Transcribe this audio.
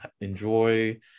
enjoy